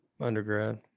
Undergrad